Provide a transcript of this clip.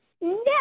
no